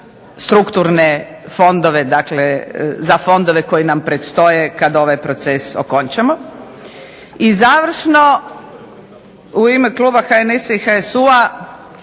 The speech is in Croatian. strukturne fondove, za fondove koji nam predstoje kada ovaj proces okončamo. I završno u ime Kluba HNS HSU-a